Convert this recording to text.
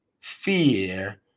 fear